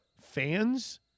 fans